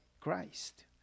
Christ